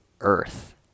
earth